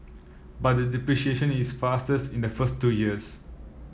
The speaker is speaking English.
but the depreciation is fastest in the first two years